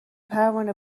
پروانه